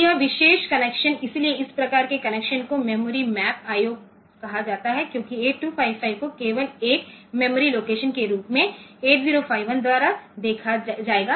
तो यह विशेष कनेक्शन इसलिए इस प्रकार के कनेक्शन को मेमोरी मैप IO कहा जाता है क्योंकि 8255 को केवल एक मेमोरी लोकेशन के रूप में 8051 द्वारा देखा जाएगा